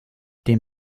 dem